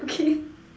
okay